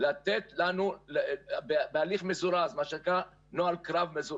מפה זה רק לבית הקבע.